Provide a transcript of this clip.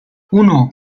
uno